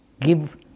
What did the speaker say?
give